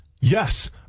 Yes